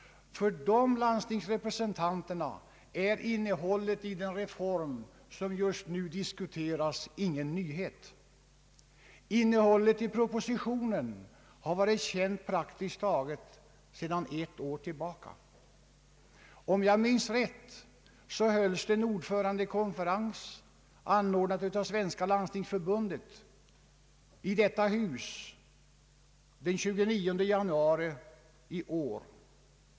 För dessa landstingsrepresentanter är innehållet i den reform som just nu diskuteras ingen nyhet. Innehållet i propositionen har varit känt praktiskt taget sedan ett år tillbaka. Om jag minns rätt hölls det en ordförandekonferens, anordnad av Svenska landstingsförbundet, i detta hus den 29 januari i år.